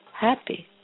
happy